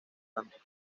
tanto